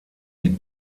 die